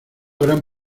gran